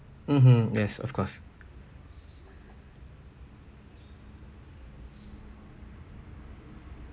mmhmm yes of course